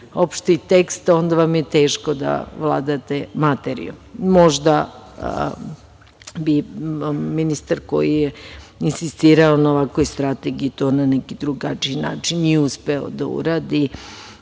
opšti tekst, onda vam je teško da vladate materijom. Možda bi ministar koji je insistirao na ovakvoj strategiji to na neki drugačiji način i uspeo da uradi.